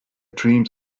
dreamed